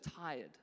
tired